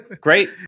Great